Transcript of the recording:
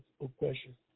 oppression